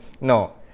No